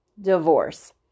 Divorce